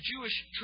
Jewish